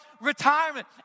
retirement